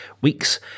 weeks